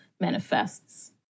manifests